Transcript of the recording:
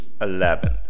Eleventh